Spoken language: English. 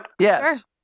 Yes